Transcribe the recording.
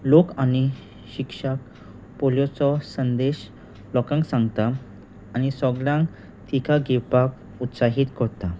लोक आनी शिक्षक पोलियोचो संदेश लोकांक सांगता आनी सोगल्यांक टिका घेवपाक उत्साहीत कोता